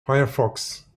firefox